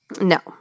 No